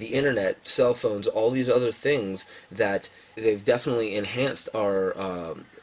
the internet cell phones all these other things that they've definitely enhanced our